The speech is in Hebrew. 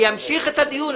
אני אמשיך את הדיון.